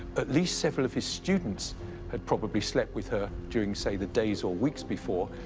at least several of his students had probably slept with her during, say, the days or weeks before,